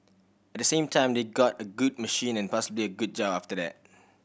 at the same time they got a good machine and possibly a good job after that